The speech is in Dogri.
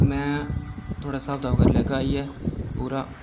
मैं थुआढ़ा स्हाब कताब करी लैगा आइयै पूरा